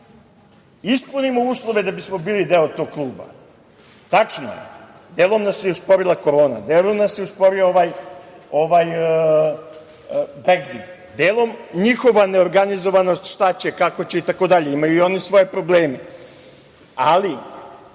ispunimo uslove da bismo bili deo tog kluba. Tačno je, delom nas je usporila korona, delom nas je usporio ovaj Bregzit, delom njihova neorganizovanost šta će, kako će, itd, imaju i oni svoje probleme, ali